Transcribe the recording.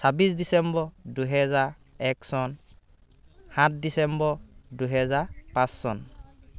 ছাব্বিছ ডিচেম্বৰ দুইহেজাৰ এক চন সাত ডিচেম্বৰ দুইহেজাৰ পাঁচ চন